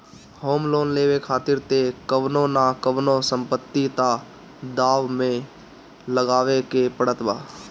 home loan लेवे खातिर तअ कवनो न कवनो संपत्ति तअ दाव पे लगावे के पड़त बा